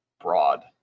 broad